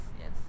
yes